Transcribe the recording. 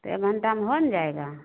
तो एक घंटा में बन जाएगा